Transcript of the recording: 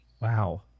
wow